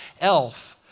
Elf